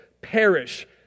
perish